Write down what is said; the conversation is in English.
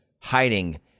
hiding